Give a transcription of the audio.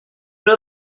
know